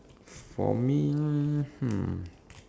for me hmm